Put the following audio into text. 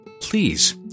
please